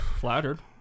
flattered